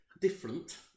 Different